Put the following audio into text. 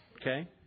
Okay